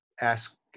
ask